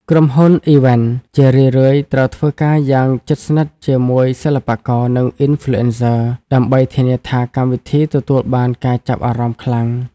ក្រុមហ៊ុន Event ជារឿយៗត្រូវធ្វើការងារយ៉ាងជិតស្និទ្ធជាមួយសិល្បករ និង Influencers ដើម្បីធានាថាកម្មវិធីទទួលបានការចាប់អារម្មណ៍ខ្លាំង។